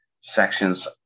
sections